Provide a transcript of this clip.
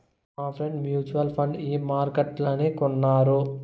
మాఫ్రెండ్ mutual fund ఈ మార్కెట్లనే కొనినారు